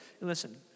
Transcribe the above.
Listen